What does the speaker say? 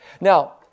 Now